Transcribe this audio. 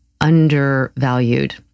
undervalued